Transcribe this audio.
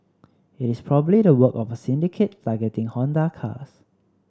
it is probably the work of a syndicate targeting Honda cars